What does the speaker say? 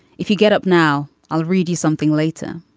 if you get up now i'll read you something later